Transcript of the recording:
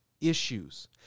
issues